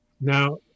Now